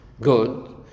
Good